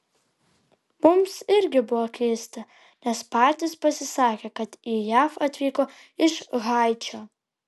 mums irgi buvo keista nes patys pasisakė kad į jav atvyko iš haičio